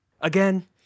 again